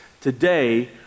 Today